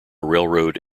railroad